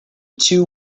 two